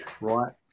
right